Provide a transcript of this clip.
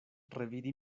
revidi